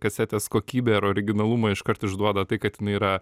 kasetės kokybę ir originalumą iškart išduoda tai kad jinai yra